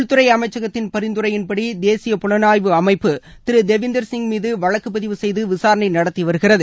உள்துறை அமைச்சகத்தின் பரிந்துரையின்படி தேசிய புலனாய்வு அமைப்பு திரு தேவிந்திர் சிங் மீது வழக்கு பதிவு செய்து விசாரணை நடத்திவருகிறது